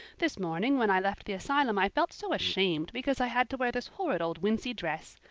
this morning when i left the asylum i felt so ashamed because i had to wear this horrid old wincey dress.